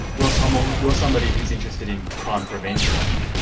ross homel, you're somebody who's interested in crime prevention.